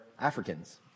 Africans